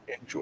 enjoy